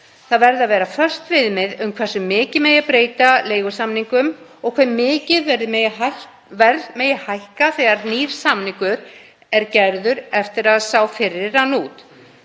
það verða að vera föst viðmið um hversu mikið megi breyta leigusamningum og hve mikið verð megi hækka þegar nýr samningur er gerður eftir að sá fyrri rann út.